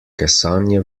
kesanje